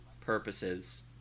purposes